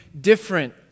different